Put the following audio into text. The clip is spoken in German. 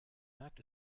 merkt